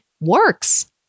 works